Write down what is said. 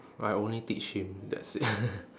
I only teach him that's it